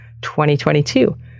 2022